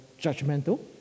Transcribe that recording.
judgmental